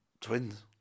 Twins